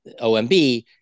OMB